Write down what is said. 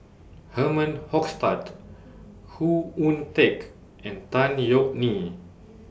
Herman Hochstadt Khoo Oon Teik and Tan Yeok Nee